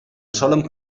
solen